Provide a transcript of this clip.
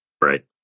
Right